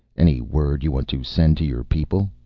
any word you want to send to your people?